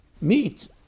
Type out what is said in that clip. meat